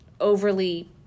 overly